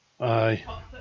Aye